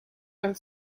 and